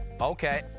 Okay